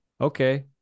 okay